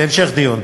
להמשך דיון.